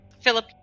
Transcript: Philip